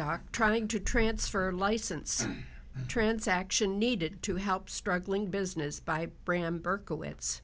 dock trying to transfer license transaction needed to help struggling business by bram berkowitz